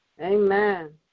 Amen